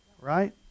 right